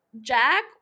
Jack